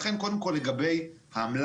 לכן קודם כל לגבי המלאי,